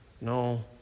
No